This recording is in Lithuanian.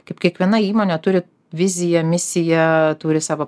kaip kiekviena įmonė turi viziją misiją turi savo